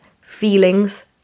feelings